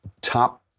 top